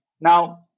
Now